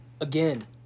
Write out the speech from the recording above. Again